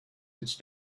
its